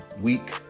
week